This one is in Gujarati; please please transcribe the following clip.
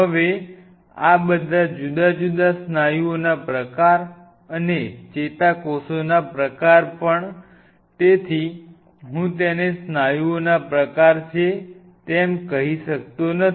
હવે આ બધા જુદા જુદા સ્નાયુઓના પ્રકાર અને ચેતાકોષોના પ્રકાર પણ તેથી હું તેને સ્નાયુઓના પ્રકાર છે કહી શકતો નથી